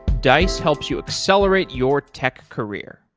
dice helps you accelerate your tech career.